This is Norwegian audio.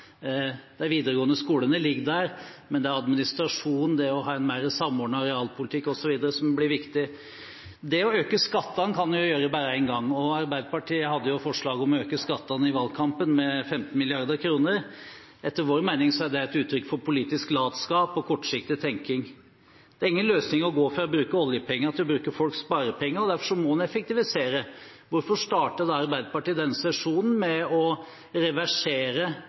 De videregående skolene ligger der, men det er administrasjonen, det å ha mer samordnet realpolitikk osv., som blir viktig. Det å øke skattene kan vi gjøre bare en gang, og Arbeiderpartiet hadde forslag i valgkampen om å øke skattene med 15 mrd. kr. Etter vår mening er det et uttrykk for politisk latskap og kortsiktig tenkning. Det er ingen løsning å gå fra å bruke oljepenger til å bruke folks sparepenger, og derfor må en effektivisere. Hvorfor starter da Arbeiderpartiet denne sesjonen med å reversere